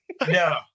No